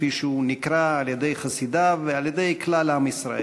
כפי שהוא נקרא על-ידי חסידיו ועל-ידי כלל עם ישראל.